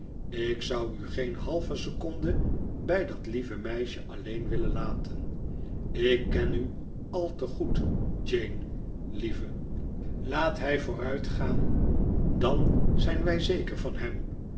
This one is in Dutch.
ik zou u geen halve seconde bij dat lieve meisje alleen willen laten ik ken u al te goed jane lieve laat hij vooruitgaan dan zijn wij zeker van hem